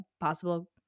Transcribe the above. possible